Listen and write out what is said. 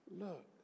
Look